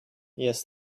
yes